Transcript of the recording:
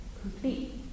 complete